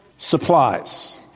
supplies